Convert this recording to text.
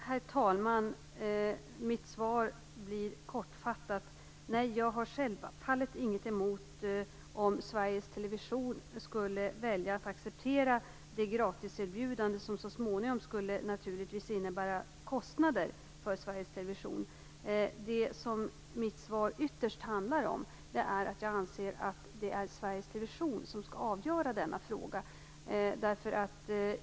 Herr talman! Mitt svar blir kortfattat. Nej, jag har självfallet inget emot om Sveriges Television skulle välja att acceptera det gratiserbjudande som så småningom naturligtvis skulle innebära kostnader för Sveriges Television. Det mitt svar ytterst handlar om är att jag anser att det är Sveriges Television som skall avgöra denna fråga.